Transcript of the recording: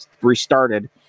restarted